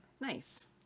Nice